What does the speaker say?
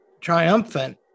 triumphant